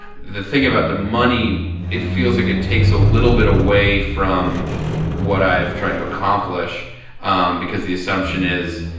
the thing about the money, it feels like it takes a little bit away from what i've tried to accomplish um because the assumption is,